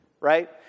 Right